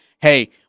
hey